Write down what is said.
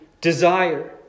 desire